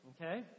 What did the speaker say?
okay